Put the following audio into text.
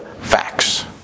facts